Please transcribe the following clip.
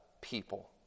people